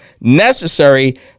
necessary